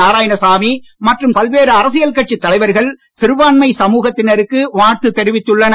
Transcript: நாராயணசாமி மற்றும் பல்வேறு அரசியல் கட்சித் தலைவர்கள் சிறுபான்மை சமூகத்தினருக்கு வாழ்த்து தெரிவித்துள்ளனர்